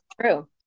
true